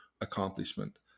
accomplishment